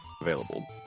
available